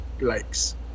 likes